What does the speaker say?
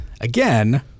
again